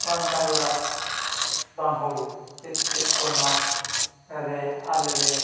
ᱵᱟᱝ ᱠᱟᱨᱞᱟ ᱵᱟᱝ ᱦᱩᱲᱩ ᱪᱮᱫ ᱪᱮᱫ ᱠᱚ ᱱᱚᱣᱟ ᱨᱮ ᱟᱞᱮ ᱞᱮ